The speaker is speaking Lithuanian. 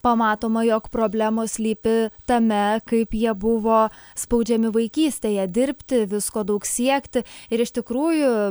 pamatoma jog problemos slypi tame kaip jie buvo spaudžiami vaikystėje dirbti visko daug siekti ir iš tikrųjų